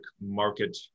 market